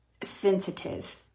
sensitive